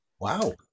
Wow